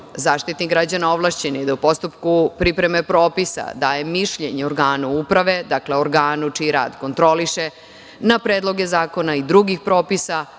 Zaštitnik građana ovlašćen je da u postupku pripreme propisa daje mišljenje organu uprave, dakle organu čiji rad kontroliše na predloge zakona i drugih propisa